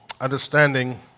understanding